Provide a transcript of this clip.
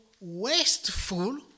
wasteful